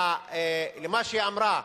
למה שהיא אמרה,